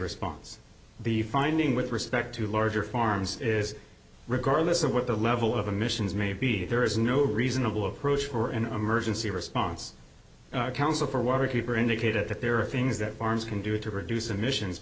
response the finding with respect to larger farms is regardless of what the level of emissions may be if there is no reasonable approach for an emergency response council for waterkeeper indicated that there are things that farmers can do to reduce emissions